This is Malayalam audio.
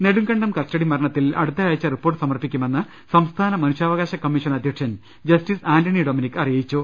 നെടുങ്കണ്ടം കസ്റ്റഡി മരണത്തിൽ അടുത്ത ആഴ്ച്ച റിപ്പോർട്ട് സമർപ്പിക്കുമെന്ന് സംസ്ഥാന മനുഷ്യാവകാശ കമ്മീഷൻ അധ്യക്ഷൻ ജസ്റ്റിസ് ആന്റണി ഡൊമനിക് അറിയിച്ചു